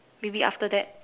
maybe after that